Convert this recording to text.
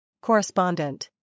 Correspondent